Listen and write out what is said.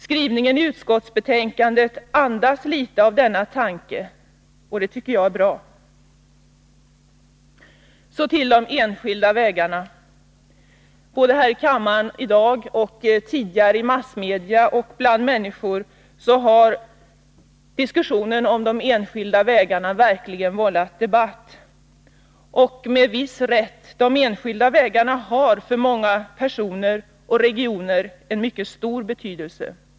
Skrivningen i utskottsbetänkandet andas litet av denna tanke, och det tycker jag är bra. Så till de enskilda vägarna. Både här i kammaren i dag och tidigare i massmedia liksom ute bland människor har diskussionen om de enskilda vägarna verkligen vållat debatt — och med viss rätt: de enskilda vägarna har för många personer och regioner en mycket stor betydelse.